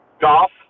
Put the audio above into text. golf